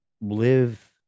live